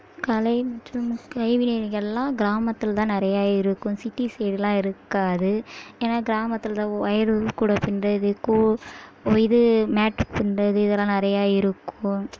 கலை மற்றும் கைவினைகள்லாம் கிராமத்தில் தான் நிறையா இருக்கும் சிட்டி சைடுலாம் இருக்காது ஏன்னால் கிராமத்தில் தான் ஒயர் கூடை பின்னுறது கூ இது மேட்டு பின்னுறது இதெல்லாம் நிறைய இருக்கும்